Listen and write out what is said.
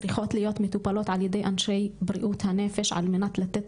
צריכות להיות מטופלות על ידי אנשי בריאות הנפש על מנת לתת